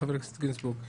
חבר הכנסת גינזבורג.